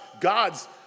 God's